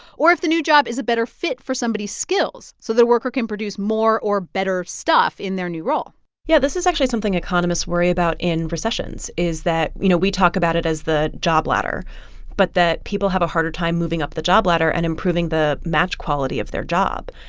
or if the new job is a better fit for somebody's skills so that a worker can produce more or better stuff in their new role yeah, this is actually something economists worry about in recessions is that you know, we talk about it as the job ladder but that people have a harder time moving up the job ladder and improving the match quality of their job.